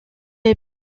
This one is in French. est